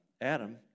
Adam